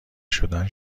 شدن